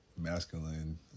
Masculine